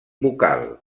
bucal